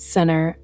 center